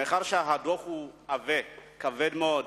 מאחר שהדוח עבה וכבד מאוד,